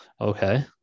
Okay